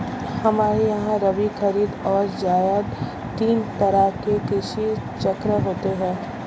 हमारे यहां रबी, खरीद और जायद तीन तरह के कृषि चक्र होते हैं